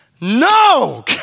no